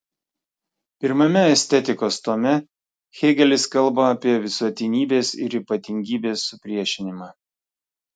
pirmame estetikos tome hėgelis kalba apie visuotinybės ir ypatingybės supriešinimą